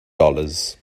dollars